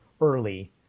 early